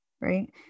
right